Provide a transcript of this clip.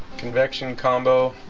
convection combo